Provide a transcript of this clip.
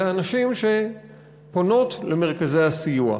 אלא נשים שפונות למרכזי הסיוע.